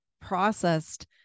processed